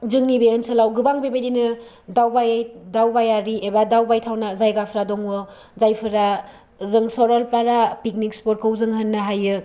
जोंनि बे आनसोलाव गोबां बेबायदिनो दावबायै दावबाययारि एबा दावबायथावना जायगाफ्रा दङ' जायफोरा जों सरलपारा पिकनिक स्पतखौ जों होननो हायो